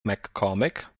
maccormick